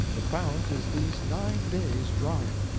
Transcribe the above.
the fount is these nine days dry.